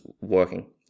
working